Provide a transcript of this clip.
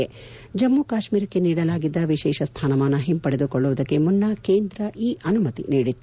ಜಮ್ಲಿ ಕಾಶ್ನೀರಕ್ಕೆ ನೀಡಲಾಗಿದ್ದ ವಿಶೇಷ ಸ್ವಾನಮಾನ ಹಿಂಪಡೆದು ಕೊಳ್ಳುವುದಕ್ಕೆ ಮುನ್ನ ಕೇಂದ್ರ ಈ ಅನುಮತಿಯನ್ನು ನೀಡಿತ್ತು